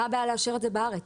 מה הבעיה לאשר את זה בארץ?